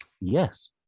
Yes